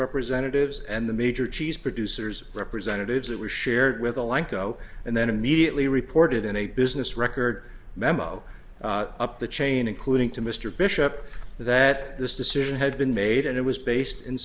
representatives and the major cheese producers representatives it was shared with a langkow and then immediately reported in a business record memo up the chain including to mr bishop that this decision had been made and it was based in